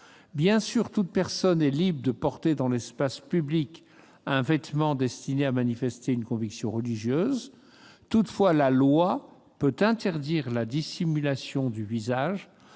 bien sûr, toute personne est libre de porter dans l'espace public un vêtement destiné à manifester une conviction religieuse ; toutefois, la loi peut interdire la dissimulation du visage,